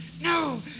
no